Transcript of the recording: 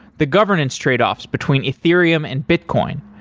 the governance tradeoffs between ethereum and bitcoin,